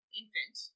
infant